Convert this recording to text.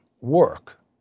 work